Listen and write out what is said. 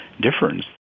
difference